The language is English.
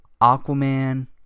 Aquaman